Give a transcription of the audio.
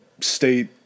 state